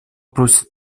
просит